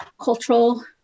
cultural